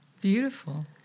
Beautiful